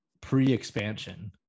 pre-expansion